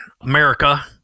America